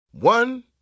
One